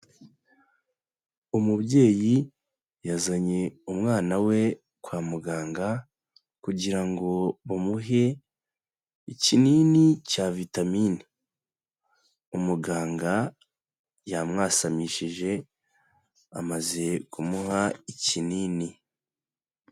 Umubyeyi yazanye umwana we kwa muganga kugira ngo bamuhe ikinini cya vitamine, umuganga yamwasamishije amaze kumuha ikinini.